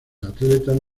atletas